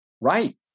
Right